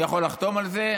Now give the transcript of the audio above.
אני יכול לחתום על זה.